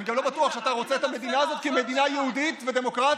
אני גם לא בטוח שאתה רוצה את המדינה הזאת כמדינה יהודית ודמוקרטית.